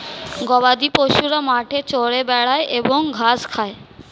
গবাদিপশুরা মাঠে চরে বেড়ায় এবং ঘাস খায়